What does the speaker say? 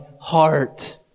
heart